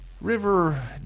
River